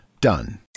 done